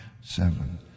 seven